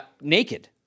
naked